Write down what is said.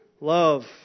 love